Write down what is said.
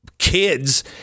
Kids